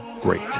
great